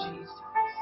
Jesus